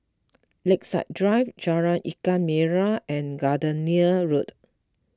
Lakeside Drive Jalan Ikan Merah and Gardenia Road